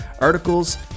articles